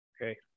okay